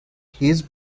his